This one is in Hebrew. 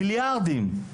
מיליארדים.